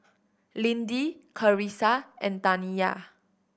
Lindy Carissa and Taniya